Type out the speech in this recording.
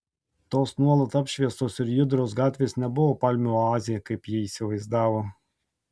tos nuolat apšviestos ir judrios gatvės nebuvo palmių oazė kaip ji įsivaizdavo